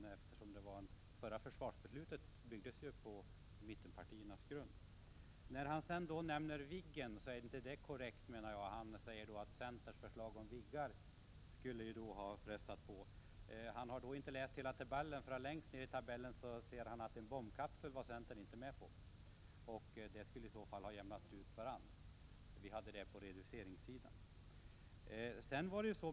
Det förra försvarsbeslutet byggde ju på mittenpartiernas ställningstaganden. Vad Bengt Westerberg sade om Viggen var inte korrekt. Han sade bl.a. att centerns förslag skulle ha frestat på. Bengt Westerberg kan inte ha läst hela tabellen. Längst ned i tabellen kan man nämligen se att centern inte hade med bombkapseln. Därför skulle det ha blivit en utjämning.